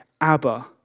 Abba